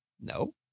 No